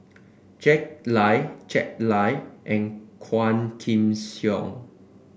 Jack Lai Jack Lai and Quah Kim Song